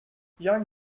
young